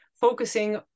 focusing